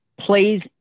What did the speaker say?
plays